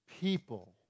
people